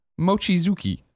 Mochizuki